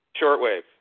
Shortwave